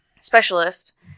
specialist